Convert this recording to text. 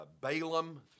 Balaam